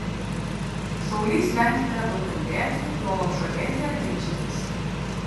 šaulys venkite daug kalbėti juolab žadėti ar ginčytis